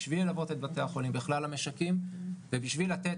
בשביל ללוות את בתי החולים בכלל המשקים ובשביל לתת